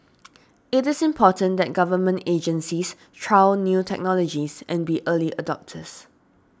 it is important that Government agencies trial new technologies and be early adopters